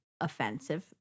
offensive